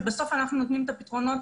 ובסוף אנחנו נותנים את הפתרונות